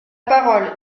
parole